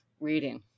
Reading